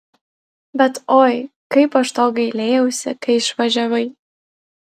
bet oi kaip aš to gailėjausi kai išvažiavai